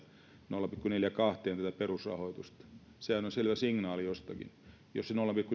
nolla pilkku neljäänkymmeneenkahteen tätä perusrahoitusta sehän on selvä signaali jostakin jos se nolla pilkku